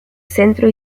centro